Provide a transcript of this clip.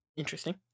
Interesting